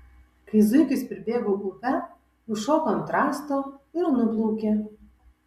kai zuikis pribėgo upę užšoko ant rąsto ir nuplaukė